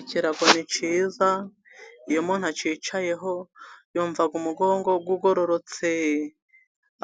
Ikirago ni cyiza iyo umuntu acyicayeho, yumva umugongo ugororotse,